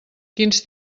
quins